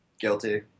Guilty